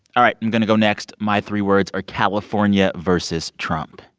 all right, i'm going to go next. my three words are california versus trump.